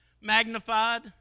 Magnified